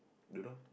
don't know